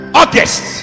august